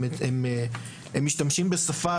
הם משתמשים בשפה,